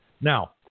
Now